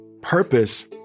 Purpose